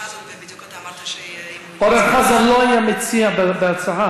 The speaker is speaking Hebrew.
לפני רגע הייתה הצעה